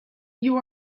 you